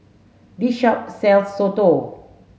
this shop sells Soto